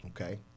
okay